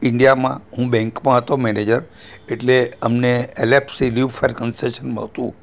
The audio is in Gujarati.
ઈન્ડિયામાં હું બેંકમાં હતો મેનેજર એટલે અમને એલએફસી લીવ ફોર કન્સેસન મળતું